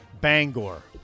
Bangor